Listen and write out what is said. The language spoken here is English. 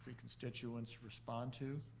constituents respond to.